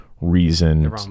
reason